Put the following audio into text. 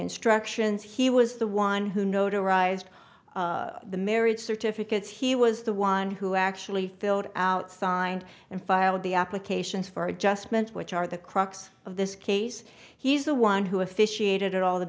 instructions he was the one who notarized the marriage certificates he was the one who actually filled out signed and filed the applications for adjustment which are the crux of this case he's the one who officiated at